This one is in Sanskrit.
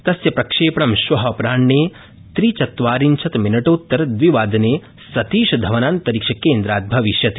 तस्य प्रक्षेपणं श्व अपराह्ने त्रिचत्वार्रिशत् मिनटोत्तर द्वि वादने सतीशधवनान्तरिक्षकेन्द्रात् भविष्यति